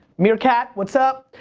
meerkat, what's up?